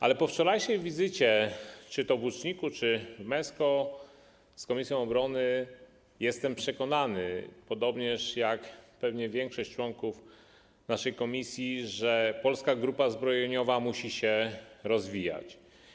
Ale po wczorajszej wizycie czy to w Łuczniku, czy w Mesko z komisją obrony jestem przekonany, podobnie jak pewnie większość członków naszej komisji, że Polska Grupa Zbrojeniowa musi się rozwijać.